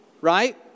Right